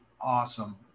awesome